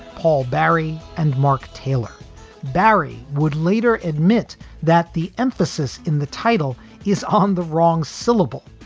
paul barry and mark taylor barry would later admit that the emphasis in the title is on the wrong syllable.